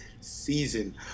season